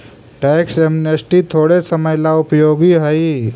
tax amnesty थोड़े समय ला उपयोगी हई